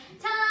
time